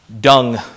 Dung